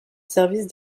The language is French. service